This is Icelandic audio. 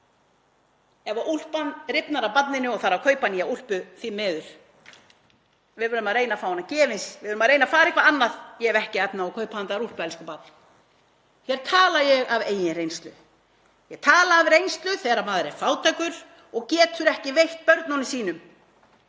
Ef úlpan rifnar af barninu og það þarf að kaupa nýja úlpu, því miður. Við verðum að reyna að fá hana gefins. Við verðum að reyna að fara eitthvert annað. Ég hef ekki efni á að kaupa handa þér úlpu, elsku barn. Hér tala ég af eigin reynslu. Ég tala af reynslu þegar maður er fátækur og getur ekki veitt börnunum sínum